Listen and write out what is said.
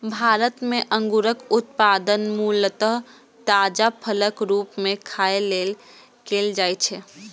भारत मे अंगूरक उत्पादन मूलतः ताजा फलक रूप मे खाय लेल कैल जाइ छै